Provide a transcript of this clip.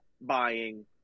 buying